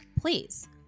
Please